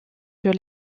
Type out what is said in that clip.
sur